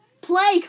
play